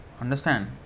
understand